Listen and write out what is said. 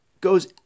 goes